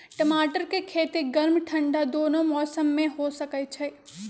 टमाटर के खेती गर्म ठंडा दूनो मौसम में हो सकै छइ